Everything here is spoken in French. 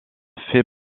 fait